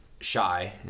shy